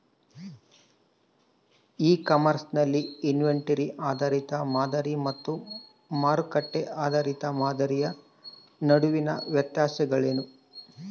E commerce ನಲ್ಲಿ inventory ಆಧಾರಿತ ಮಾದರಿ ಮತ್ತು ಮಾರುಕಟ್ಟೆ ಆಧಾರಿತ ಮಾದರಿಯ ನಡುವಿನ ವ್ಯತ್ಯಾಸಗಳೇನು?